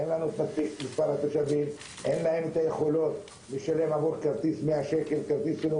אין לכל התושבים יכולת לשלם עבור כרטיס של הופעה